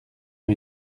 ont